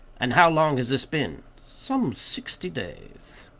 and how long has this been? some sixty days.